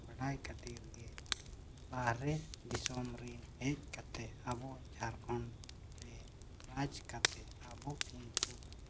ᱵᱟᱰᱟᱭ ᱠᱷᱟᱹᱛᱤᱨ ᱜᱮ ᱵᱟᱦᱨᱮ ᱫᱤᱥᱚᱢ ᱨᱮᱱ ᱦᱮᱡ ᱠᱟᱛᱮᱫ ᱟᱵᱚ ᱡᱷᱟᱲᱠᱷᱚᱸᱰ ᱨᱟᱡᱽ ᱠᱟᱛᱮᱫ ᱟᱵᱚ ᱩᱱᱠᱩ